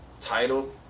Title